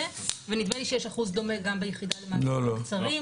ונדמה לי שיש אחוז דומה גם ביחידה למאסרים קצרים,